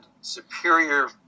superior